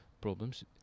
problems